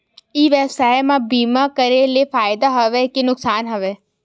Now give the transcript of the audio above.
ई व्यवसाय म बीमा करे ले फ़ायदा हवय के नुकसान हवय?